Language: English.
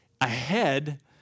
ahead